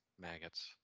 Maggots